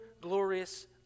glorious